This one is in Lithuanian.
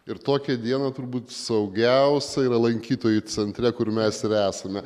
ir tokią dieną turbūt saugiausia yra lankytojų centre kur mes ir esame